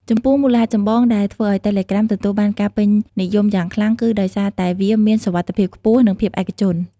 ចំពោះ មូលហេតុចម្បងដែលធ្វើឱ្យតេឡេក្រាមទទួលបានការពេញនិយមយ៉ាងខ្លាំង គឺដោយសារតែវាមាន សុវត្ថិភាពខ្ពស់ និងភាពឯកជន។